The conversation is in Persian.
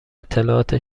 اطلاعات